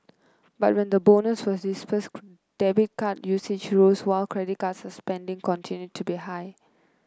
but when the bonus was disbursed debit card usage rose while credit card spending continued to be high